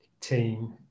team